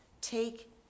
Take